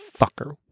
fucker